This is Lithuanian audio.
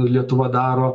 lietuva daro